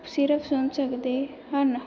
ਸਿਰਫ ਸੁਣ ਸਕਦੇ ਹਨ